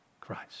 Christ